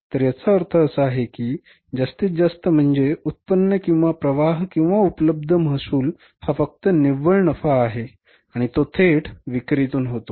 तर याचा अर्थ असा आहे की जास्तीत जास्त म्हणजे उत्पन्न किंवा प्रवाह किंवा उपलब्ध महसूल हा फक्त निव्वळ नफा आहे आणि तो थेट विक्रीतून होतो